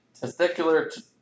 testicular